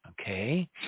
Okay